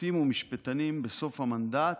שופטים ומשפטנים בסוף המנדט"